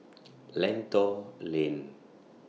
Lentor Lane